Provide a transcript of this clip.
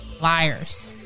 Liars